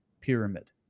pyramid